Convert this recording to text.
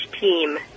team